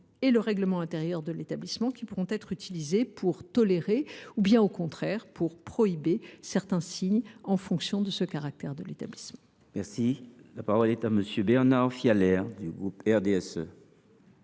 et le règlement intérieur de l’établissement qui pourront être utilisés pour tolérer ou, au contraire, prohiber certains signes en fonction du caractère de l’établissement. La parole est à M. Bernard Fialaire.